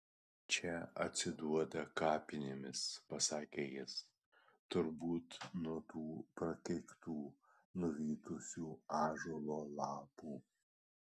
čia atsiduoda kapinėmis pasakė jis turbūt nuo tų prakeiktų nuvytusių ąžuolo lapų